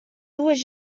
dues